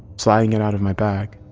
sliding it out of my bag,